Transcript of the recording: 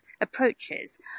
approaches